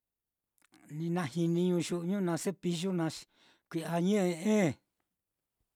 Ni najiniñu yu'uñu naá cepiyu naá, xi kui'ya ñe'e.